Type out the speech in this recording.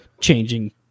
changing